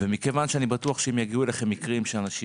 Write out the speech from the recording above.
ומכיוון שאני בטוח שאם יגיעו אליכם מקרים שאנשים